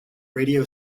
radio